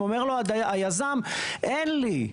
אומר לו היזם, אין לי.